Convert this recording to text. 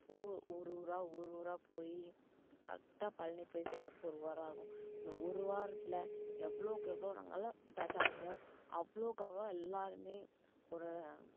ஊ ஊர் ஊராக ஊர் ஊராக போய் கரெக்டாக பழனி போய் சேர்கிறதுக்கு ஒரு வாரம் ஆகும் இந்த ஒரு வாரத்தில் எவ்வளோக்கு எவ்வளோ நாங்களெலாம் அட்டாச் ஆகுமோ அவ்வளோக்கு அவ்வளோ எல்லாேருமே ஒரு